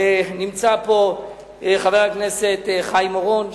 נמצא פה חבר הכנסת חיים אורון,